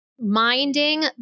minding